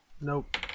Nope